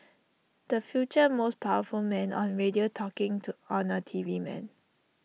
the future most powerful man on radio talking on A T V man